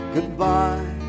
Goodbye